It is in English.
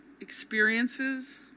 experiences